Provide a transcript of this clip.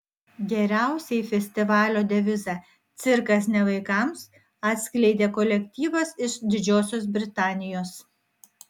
geriausiai festivalio devizą cirkas ne vaikams atskleidė kolektyvas iš didžiosios britanijos